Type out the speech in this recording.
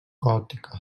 gòtica